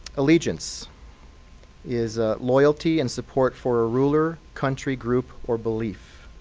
allegiance is loyalty and support for a ruler, country, group, or belief.